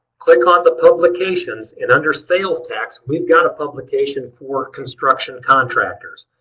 click on the publications, and under sales tax we've got a publication for construction contractors.